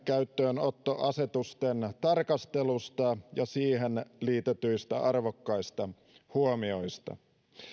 käyttöönottoasetusten tarkastelusta ja siihen liitetyistä arvokkaista huomioista